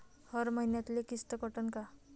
हर मईन्याले किस्त कटन का?